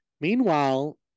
Meanwhile